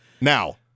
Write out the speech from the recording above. Now-